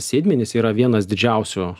sėdmenys yra vienas didžiausių